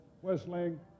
whistling